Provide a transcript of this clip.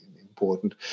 important